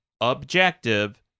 objective